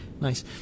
nice